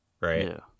right